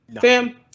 Fam